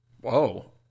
whoa